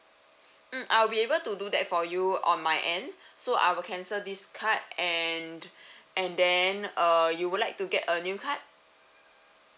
mm I'll be able to do that for you on my end so I will cancel this card and and then uh you would like to get a new card